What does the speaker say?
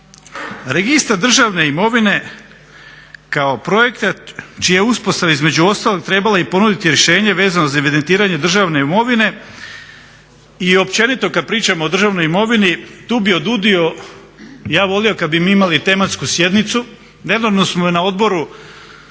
Registar državne imovine kao … čija je uspostava između ostalog trebala i ponuditi rješenje vezano za evidentiranje državne imovine. A općenito kad pričamo o državnoj imovini tu bi ja volio kad bi mi imali tematsku sjednicu. Nedavno smo je na odboru